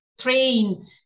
train